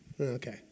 okay